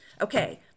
Okay